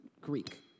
Greek